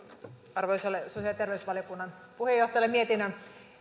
arvoisalle sosiaali ja terveysvaliokunnan puheenjohtajalle mietinnön